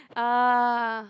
uh